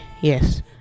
yes